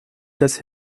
dass